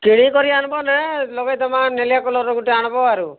କିଣିକରି ଆଣବ୍ ନେ ଲଗେଇ ଦେମାଁ ନେଳିଆ କଲର୍ ଗୁଟେ ଆଣବ୍ ଆରୁ